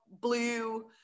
blue